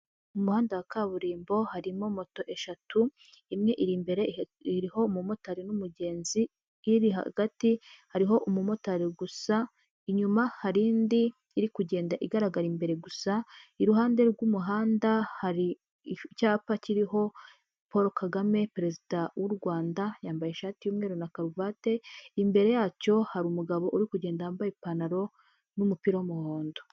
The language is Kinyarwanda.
Mu muhanda wa kaburimbo harimo moto eshatu, imwe iri imbere iriho umumotari n'umugenzi, iri hagati hariho umumotari gusa, inyuma hari indi irikugenda igaragara imbere gusa. Iruhande rw'umuhanda hari icyapa kiriho Paul Kagame Perezida w'u Rwanda yambaye ishati y'umweru na karuvati. Imbere yacyo hari umugabo urikugenda wambaye ipantaro n'umupira w'umuhondo.